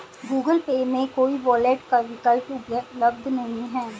Google Pay में कोई wallet का विकल्प उपलब्ध नहीं है